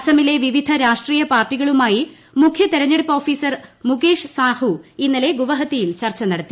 അസമിലെ വിവിധ രാഷ്ട്രീയ പാർട്ടികളുമായി മുഖ്യ തെരഞ്ഞെടുപ്പ് ഓഫീസർ മുകേഷ് സാഹു ഇന്നലെ ഗുവാഹത്തിയിൽ ചർച്ച നടത്തി